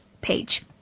page